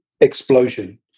explosion